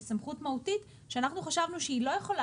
זו סמכות מהותית שאנחנו חשבנו שהיא לא יכולה